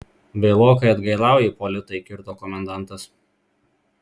vėlokai atgailauji ipolitai kirto komendantas